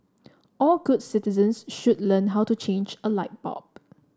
all good citizens should learn how to change a light bulb